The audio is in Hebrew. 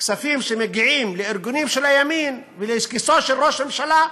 הכספים שמגיעים לארגונים של הימין ולכיסו של ראש הממשלה,